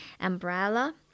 umbrella